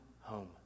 home